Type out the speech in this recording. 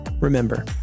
Remember